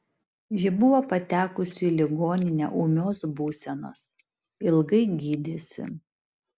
ji buvo patekusi į ligoninę ūmios būsenos ilgai gydėsi